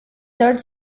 third